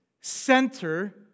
center